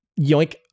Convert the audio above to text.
yoink